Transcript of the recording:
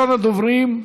ראשון הדוברים,